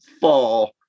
fall